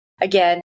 again